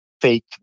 fake